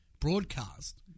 broadcast